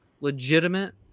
legitimate